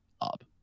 up